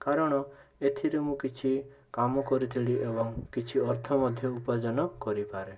କାରଣ ଏଥିରେ ମୁଁ କିଛି କାମ କରିଥିଲି ଏବଂ କିଛି ଅର୍ଥ ମଧ୍ୟ ଉପାର୍ଜନ କରିପାରେ